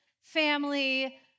family